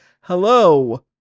hello